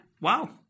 Wow